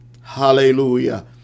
Hallelujah